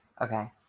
Okay